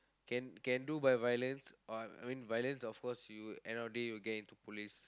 can can do by violence I mean violence of course you end of the day you will get into police